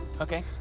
Okay